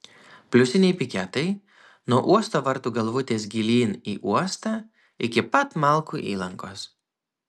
pliusiniai piketai nuo uosto vartų galvutės gilyn į uostą iki pat malkų įlankos